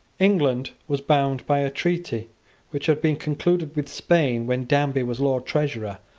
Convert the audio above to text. england was bound by a treaty which had been concluded with spain when danby was lord treasurer,